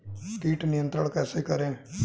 कीट नियंत्रण कैसे करें?